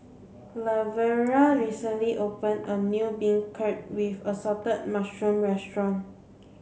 Laverna recently open a new beancurd with assorted mushrooms restaurant